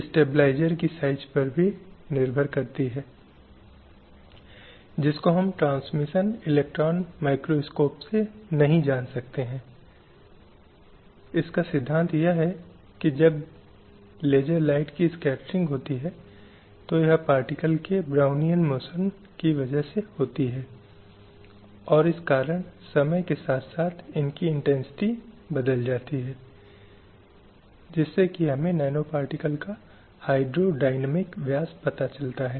slide समय संदर्भ 0300 अब जब हम अंतर्राष्ट्रीय पहलू पर विचार कर रहे हैं तो संभवत हम संयुक्त राष्ट्र के साथ शुरू करते हैं एक निकाय के रूप में संयुक्त राष्ट्र की लैंगिक अधिकारों और समानता की अवधारणा पर वर्षों से एक जबरदस्त भूमिका और प्रभाव रहा है